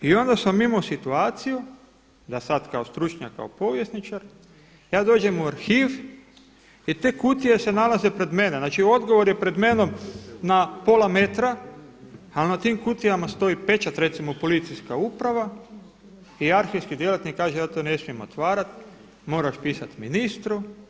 I onda sam imao situaciju da sada kao stručnjak, kao povjesničar ja dođem u arhiv i te kutije se nalaze pred menom, znači odgovor je pred menom na pola metra, ali na tim kutijama stoji pečat recimo policijska uprava i arhivski djelatnik kaže, ja to ne smijem otvarati moraš pisati ministru.